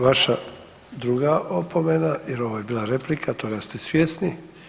Vaša druga opomena jer ovo je bila replika, toga ste svjesni.